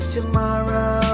Tomorrow